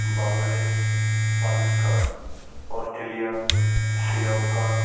Bangladesh Pakistan Australia Sri Lanka